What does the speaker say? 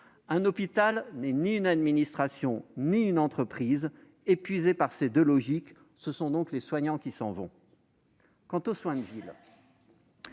Un hôpital n'est ni une administration ni une entreprise. Épuisés par ces deux logiques, ce sont les soignants qui s'en vont. Pour ce qui est des soins de ville,